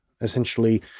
essentially